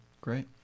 Great